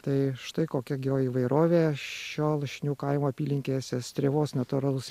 tai štai kokia geoįvairovė šio lašinių kaimo apylinkėse strėvos natūralus